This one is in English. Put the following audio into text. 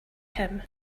him